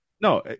No